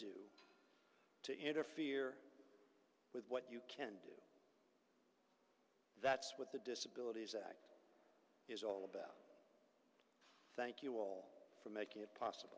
do to interfere with what you can do that's what the disabilities act is all about thank you all for making